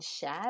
share